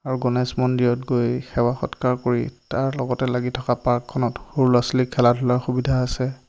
আৰু গণেশ মন্দিৰত গৈ সেৱা সৎকাৰ কৰি তাৰ লগতে লাগি থকা পাৰ্কখনত সৰু লৰা ছোৱালীৰ খেলা ধূলাৰ সুবিধা আছে